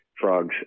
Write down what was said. frogs